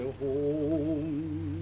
home